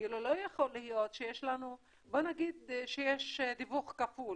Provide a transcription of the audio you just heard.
כאילו לא יכול להיות שיש לנו בוא נגיד שיש דיווח כפול